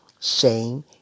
shame